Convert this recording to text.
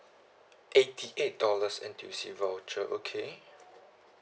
eighty eight dollars N_T_U_C voucher okay